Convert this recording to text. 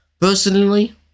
Personally